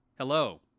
Hello